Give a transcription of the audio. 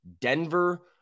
Denver